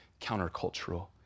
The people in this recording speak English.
countercultural